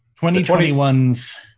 2021's